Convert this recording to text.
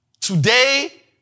Today